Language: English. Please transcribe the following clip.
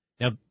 Now